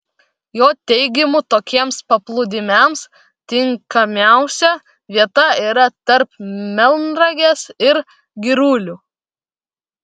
jo teigimu tokiems paplūdimiams tinkamiausia vieta yra tarp melnragės ir girulių